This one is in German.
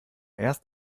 erst